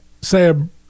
Sam